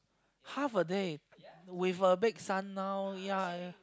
half a day with a big sun out